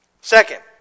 Second